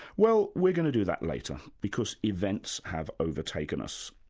well, we're going to do that later because events have overtaken us.